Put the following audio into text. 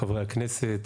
חברי הכנסת,